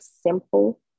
simple